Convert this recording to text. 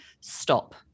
stop